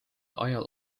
ajal